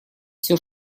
всё